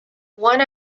one